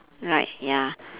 right ya